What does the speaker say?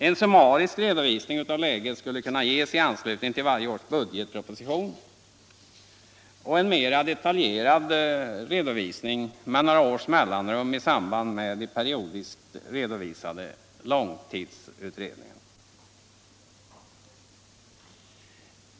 En summarisk redovisning av läget skulle kunna ges i anslutning till varje års budgetproposition och en mera detaljerad redovisning med några års mellanrum i sammanhang med de periodiskt redovisade långtidsutredningarna.